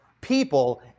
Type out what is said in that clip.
people